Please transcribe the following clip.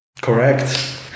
Correct